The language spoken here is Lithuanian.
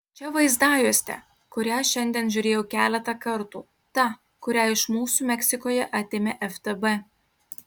čia vaizdajuostė kurią šiandien žiūrėjau keletą kartų ta kurią iš mūsų meksikoje atėmė ftb